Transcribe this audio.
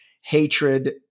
hatred